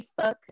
Facebook